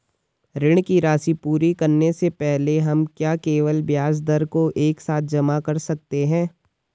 ऋण की राशि पूरी करने से पहले हम क्या केवल ब्याज दर को एक साथ जमा कर सकते हैं?